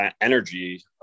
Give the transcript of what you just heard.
energy